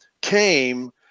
came